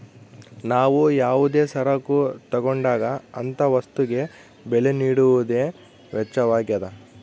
ನಾವು ಯಾವುದೇ ಸರಕು ತಗೊಂಡಾಗ ಅಂತ ವಸ್ತುಗೆ ಬೆಲೆ ನೀಡುವುದೇ ವೆಚ್ಚವಾಗ್ಯದ